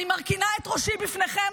אני מרכינה את ראשי בפניכם,